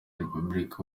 repubulika